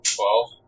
Twelve